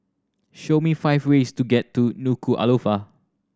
show me five ways to get to Nuku'alofa